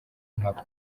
ntako